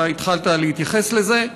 אתה התחלת להתייחס לזה,